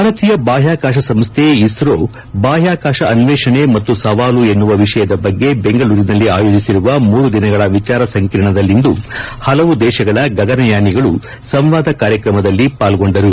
ಭಾರತೀಯ ಬಾಹ್ಯಾಕಾಶ ಸಂಸ್ಥೆ ಇಸ್ತೋ ಬಾಹ್ಯಾಕಾಶ ಅನ್ವೇಷಣೆ ಮತ್ತು ಸವಾಲು ಎನ್ನುವ ವಿಷಯದ ಬಗ್ಗೆ ಬೆಂಗಳೂರಿನಲ್ಲಿ ಆಯೋಜಿಸಿರುವ ಮೂರು ದಿನಗಳ ವಿಚಾರಸಂಕಿರಣದಲ್ಲಿಂದು ಹಲವು ದೇಶಗಳ ಗಗನಯಾನಿಗಳು ಸಂವಾದ ಕಾರ್ಯತ್ರಮದಲ್ಲಿ ಪಾಲ್ಗೊಂಡರು